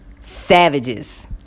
savages